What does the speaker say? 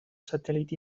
satèl·lit